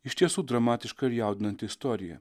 iš tiesų dramatiška ir jaudinanti istorija